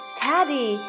teddy